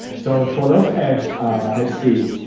so, for those apps, ah let's see,